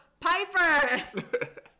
Piper